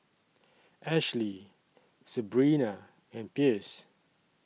Ashlee Sebrina and Pierce